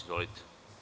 Izvolite.